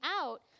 out